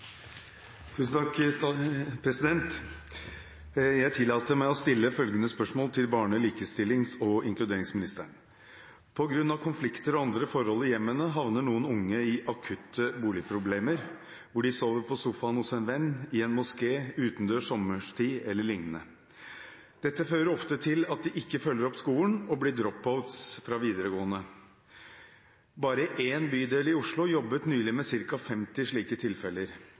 bred forankring i Stortinget. Jeg tillater meg å stille følgende spørsmål til barne-, likestillings- og inkluderingsministeren: «På grunn av konflikter og andre forhold i hjemmene havner noen unge i akutte boligproblemer hvor de sover på sofaen hos en venn, i en moské, utendørs sommerstid e.l. Dette fører ofte til at de ikke følger opp skolen, og blir drop-outs fra videregående. Bare én bydel i Oslo jobbet nylig med ca. femti slike tilfeller.